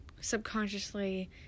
subconsciously